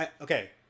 Okay